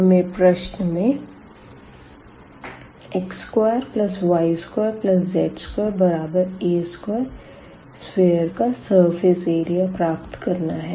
हमें प्रश्न में x2y2z2a2 सफ़ियर का सरफेस एरिया प्राप्त करना है